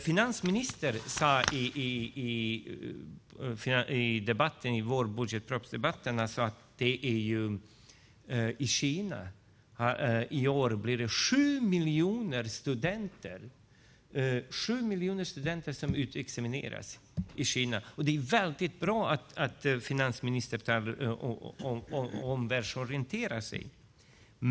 Finansministern sade i debatten om vårpropositionen att 7 miljoner studenter utexamineras i år i Kina. Det är bra att finansministern omvärldsorienterar sig.